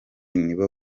nibo